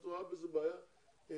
את רואה בזה בעיה מיוחדת?